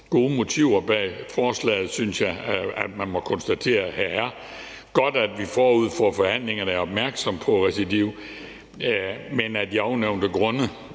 Gode motiver bag forslaget synes jeg man må konstatere at der er. Det er godt, at vi forud for forhandlingerne er opmærksomme på recidiv, men af de ovennævnte grunde